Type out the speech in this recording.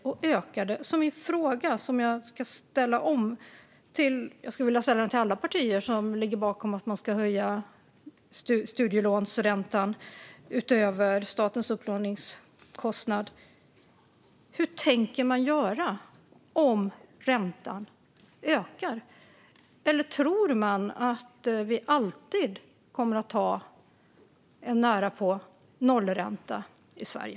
Jag upprepar min fråga, som jag egentligen skulle vilja ställa till alla partier som står bakom att höja studielånsräntan utöver statens upplåningskostnad: Hur tänker man göra om räntan ökar? Eller tror man att vi alltid kommer att ha närapå nollränta i Sverige?